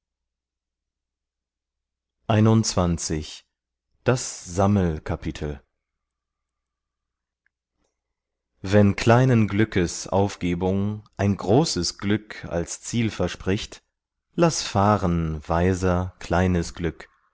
wenn kleinen glückes aufgebung ein großes glück als ziel verspricht lass fahren weiser kleines glück